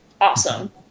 Awesome